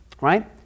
Right